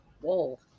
whoa